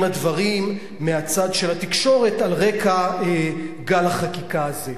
הדברים מהצד של התקשורת על רקע גל החקיקה הזה.